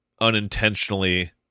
unintentionally